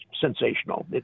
sensational